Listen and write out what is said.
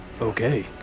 Okay